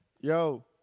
Yo